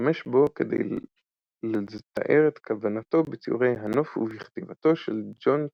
שהשתמש בו כדי לתאר את כוונתו בציורי הנוף ובכתיבתו של ג'ון קונסטבל.